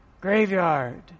graveyard